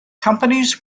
companies